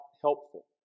helpful